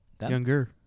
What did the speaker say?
Younger